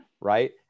Right